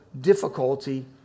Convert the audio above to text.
difficulty